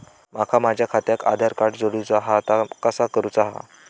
माका माझा खात्याक आधार कार्ड जोडूचा हा ता कसा करुचा हा?